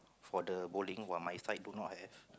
for the bowling while my side do not have